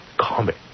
comic